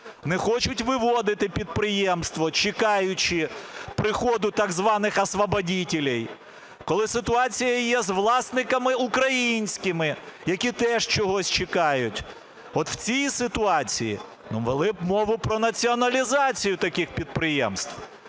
не хочуть виводити підприємство, чекаючи приходу так званих "освободітєлєй"; коли ситуація є з власниками українськими, які теж чогось чекають. От у цій ситуації вели б мову про націоналізацію таких підприємств,